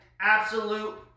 absolute